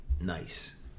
nice